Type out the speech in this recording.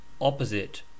opposite